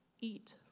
Eat